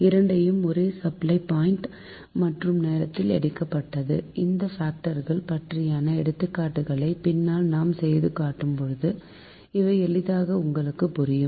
இரண்டையும் ஒரே supply point மற்றும் நேரத்தில் எடுக்கப்பட்டது இந்த பாக்டர்கள் பற்றியான எடுத்துக்காட்டுகளை பின்னால் நான் செய்துகாட்டும்போது இவை எளிதாக உங்களுக்குப் புரியும்